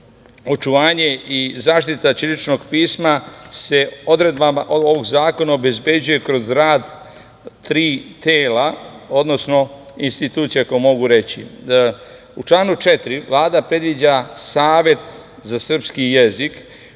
očuvanje i zaštita ćiriličnog pisma se odredbama ovog zakona obezbeđuje kroz rad tri tela, odnosno institucija, ako mogu reći. U članu 4. Vlada predviđa Savet za srpski jezik